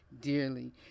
dearly